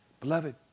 beloved